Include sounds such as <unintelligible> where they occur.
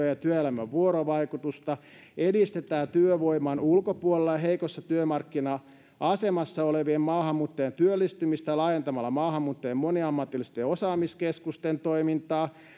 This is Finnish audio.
<unintelligible> ja työelämän vuorovaikutusta edistetään työvoiman ulkopuolella ja heikossa työmarkkina asemassa olevien maahanmuuttajien työllistymistä laajentamalla maahanmuuttajien moniammatillisten osaamiskeskusten toimintaa